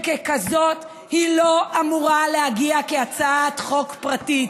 ככזאת, היא לא אמורה להגיע כהצעת חוק פרטית,